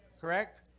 Correct